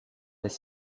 les